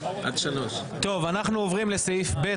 סער טוב, אנחנו עוברים לסעיף ב.